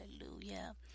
Hallelujah